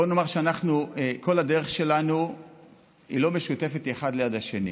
בוא נאמר שהדרך שלנו היא לא משותפת אלא דרך אחת ליד השנייה,